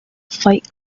fight